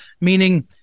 meaning